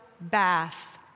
bath